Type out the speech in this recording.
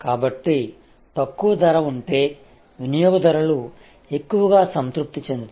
కాబట్టి తక్కువ ధర ఉంటే వినియోగదారులు ఎక్కువగా సంతృప్తి చెందుతారు